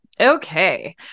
Okay